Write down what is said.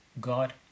God